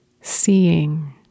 seeing